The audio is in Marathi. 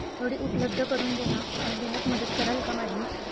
थोडी उपलब्ध करून देन देण्यात मदत कराल का माझी